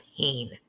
pain